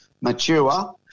mature